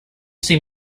seem